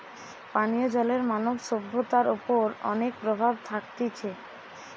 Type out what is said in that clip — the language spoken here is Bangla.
পানীয় জলের মানব সভ্যতার ওপর অনেক প্রভাব থাকতিছে